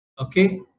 okay